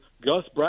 Gus